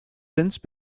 since